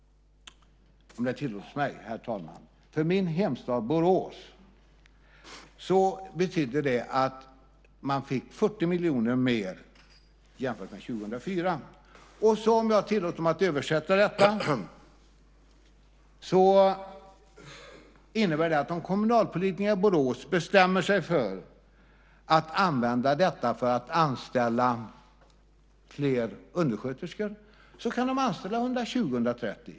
Om det tillåts mig, herr talman, vill jag säga att för min hemstad Borås betydde det att man fick 40 miljoner mer jämfört med 2004. Och om jag tillåter mig att översätta detta innebär det att om kommunalpolitikerna i Borås bestämmer sig för att använda dessa pengar för att anställa fler undersköterskor så kan de anställa 120-130.